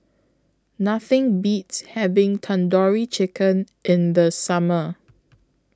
Nothing Beats having Tandoori Chicken in The Summer